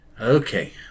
Okay